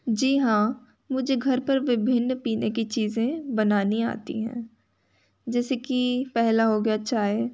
जी हाँ मुझे घर पर विभिन्न पीने कि चीज़ें बनानी आती हैं जैसे कि पहला हो गया चाय